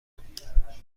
داریم